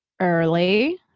early